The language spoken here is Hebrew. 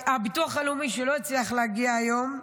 הביטוח הלאומי, שלא הצליח להגיע היום,